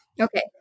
Okay